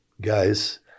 guys